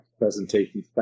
presentation